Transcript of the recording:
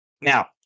Now